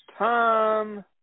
Tom